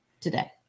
today